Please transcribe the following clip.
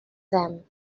them